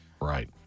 right